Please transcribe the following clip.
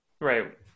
right